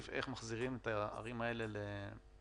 איך מחזירים את הערים האלה לפעילות.